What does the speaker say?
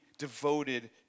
devoted